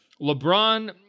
LeBron